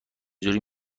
جوری